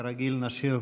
כרגיל, נשאיר